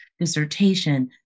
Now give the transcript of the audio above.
dissertation